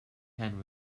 hen